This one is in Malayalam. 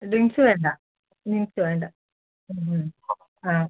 ഡ്രിങ്ക്സ് വേണ്ട ഡ്രിങ്ക്സ് വേണ്ട ആ